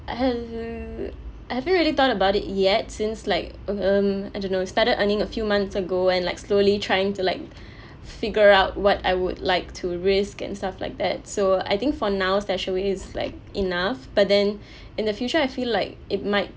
um I haven't really thought about it yet since like um I don't know started earning a few months ago and like slowly trying to like figure out what I would like to risk and stuff like that so I think for now StashAway is like enough but then in the future I feel like it might